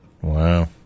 Wow